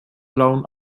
blauen